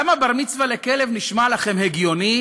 למה בר-מצווה לכלב נשמע לכם הגיוני